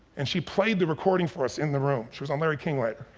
and she played the recording for us in the room. she was on larry king live.